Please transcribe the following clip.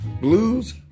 Blues